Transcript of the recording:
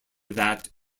that